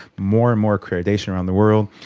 more and more accreditation around the world.